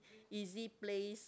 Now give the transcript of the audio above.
easy place